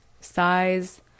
size